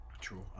True